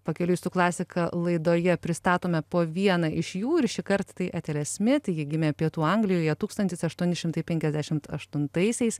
pakeliui su klasika laidoje pristatome po vieną iš jų ir šįkart tai etelė smit ji gimė pietų anglijoje tūkstantis aštuoni šimtai penkiasdešimt aštuntaisiais